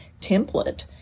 template